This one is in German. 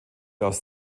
aus